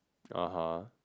(uh huh)